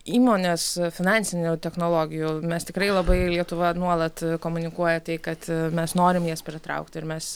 įmonės finansinių technologijų mes tikrai labai lietuva nuolat komunikuoja tai kad mes norim jas pritraukti ir mes